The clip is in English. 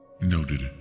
noted